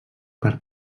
per